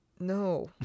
no